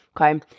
Okay